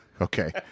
Okay